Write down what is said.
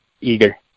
Eager